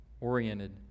oriented